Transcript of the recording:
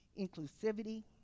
inclusivity